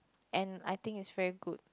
and I think is very good